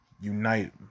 unite